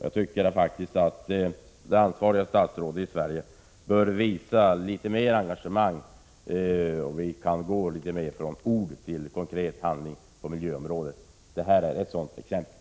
Jag tycker faktiskt att det ansvariga statsrådet i Sverige bör visa litet mer engagemang, så att vi kan gå från ord till konkret handling på miljöområdet. Det här är ett 47 sådant exempel.